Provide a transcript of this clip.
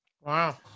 Wow